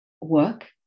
work